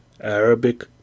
Arabic